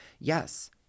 Yes